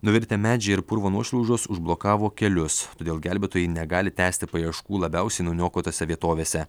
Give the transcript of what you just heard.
nuvirtę medžiai ir purvo nuošliaužos užblokavo kelius todėl gelbėtojai negali tęsti paieškų labiausiai nuniokotose vietovėse